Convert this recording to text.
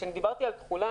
כשדיברתי על תחולה,